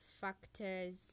factors